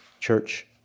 church